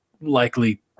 likely